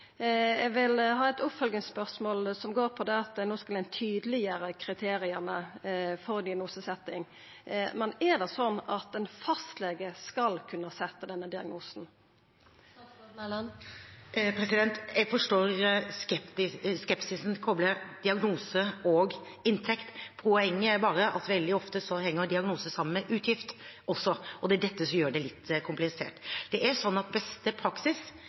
oppfølgingsspørsmål som går på det at ein no skal tydeleggjera kriteria for å stilla diagnose. Er det sånn at ein fastlege skal kunna stilla denne diagnosen? Jeg forstår skepsisen med å koble diagnose og inntekt. Poenget er at veldig ofte henger diagnose sammen med utgift også, og det er dette som gjør det litt komplisert. Beste praksis er at